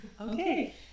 okay